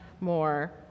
more